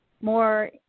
more